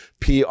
PR